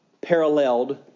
paralleled